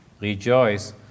rejoice